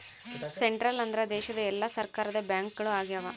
central ಅಂದ್ರ ದೇಶದ ಎಲ್ಲಾ ಸರ್ಕಾರದ ಬ್ಯಾಂಕ್ಗಳು ಆಗ್ಯಾವ